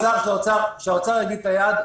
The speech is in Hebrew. היעד של האוצר, שהאוצר יגיד את היעד.